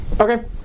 Okay